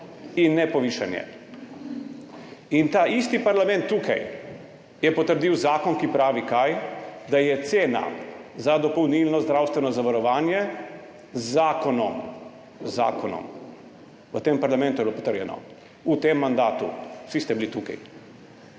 In ne povišanje. In ta isti parlament tukaj je potrdil zakon, ki pravi – kaj? Da je cena za dopolnilno zdravstveno zavarovanje z zakonom, z zakonom, v tem parlamentu je bilo potrjeno v tem mandatu, vsi ste bili tukaj,